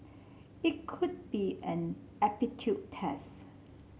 it could be an aptitude test